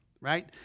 right